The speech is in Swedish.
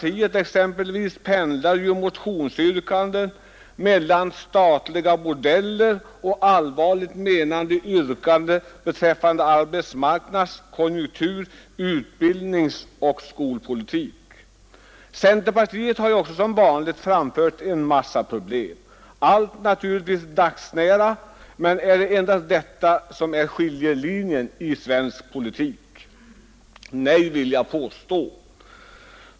Hos folkpartiet pendlar motionsyrkandena mellan statliga bordeller och allvarligt menade yrkanden beträffande arbetsmarknads-, konjunktur-, utbildningsoch skolpolitik. Centerpartiet har som vanligt berört en massa problem, naturligtvis dagsnära, men är det endast sådant som skapar skiljelinjen i svensk politik? Nej, vill jag påstå.